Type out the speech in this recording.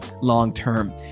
long-term